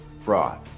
fraud